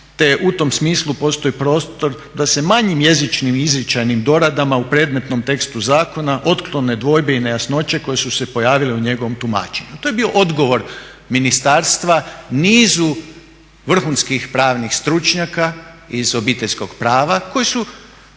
te u tom smislu postoji prostor da se manjim jezičnim izričajnim doradama u predmetnom tekstu zakona otklone dvojbe i nejasnoće koje su se pojavile u njegovom tumačenju. To je bio odgovor ministarstva nizu vrhunskih pravnih stručnjaka iz Obiteljskog prava koji su